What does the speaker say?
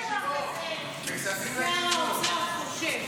אין דבר כזה, שר האוצר חושב.